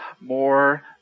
more